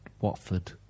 Watford